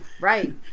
Right